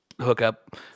hookup